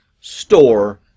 store